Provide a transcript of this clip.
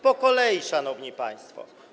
Po kolei, szanowni państwo.